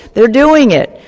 they are doing it.